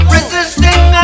Resisting